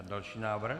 Další návrh.